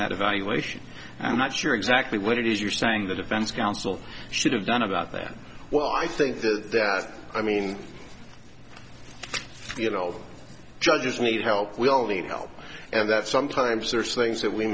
that evaluation i'm not sure exactly what it is you're saying the defense counsel should have done about that well i think that that i mean you know judges need help we all need help and that sometimes there's things that we